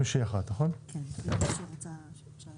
נשמע